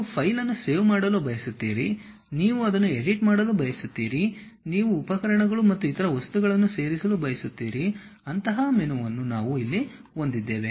ನೀವು ಫೈಲ್ ಅನ್ನು ಸೇವ್ ಮಾಡಲು ಬಯಸುತ್ತೀರಿ ನೀವು ಅದನ್ನು ಎಡಿಟ್ ಮಾಡಲು ಬಯಸುತ್ತೀರಿ ನೀವು ಉಪಕರಣಗಳು ಮತ್ತು ಇತರ ವಸ್ತುಗಳನ್ನು ಸೇರಿಸಲು ಬಯಸುತ್ತೀರಿ ಅಂತಹ ಮೆನುವನ್ನು ನಾವು ಇಲ್ಲಿ ಹೊಂದಿದ್ದೇವೆ